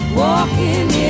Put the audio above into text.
walking